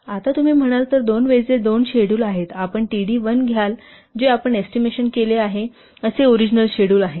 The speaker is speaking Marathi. आता तुम्ही म्हणाल तर दोन वेळेचे दोन शेड्युल आहेत आपण t d 1 घ्याल जे आपण एस्टिमेशन केला आहे असे ओरिजिनल शेड्युल आहे